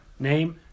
Name